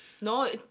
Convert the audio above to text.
No